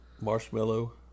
marshmallow